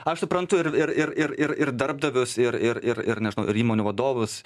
aš suprantu ir ir ir ir ir ir darbdavius ir ir ir ir nežinau ir įmonių vadovus